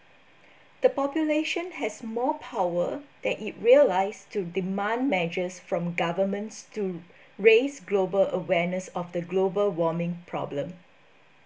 the population has more power than it realise to demand measures from governments to raise global awareness of the global warming problem